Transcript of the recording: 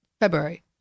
February